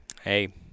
hey